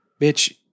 bitch